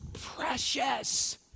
precious